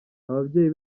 ababyeyi